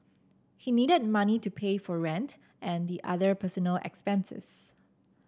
he needed money to pay for rent and the other personal expenses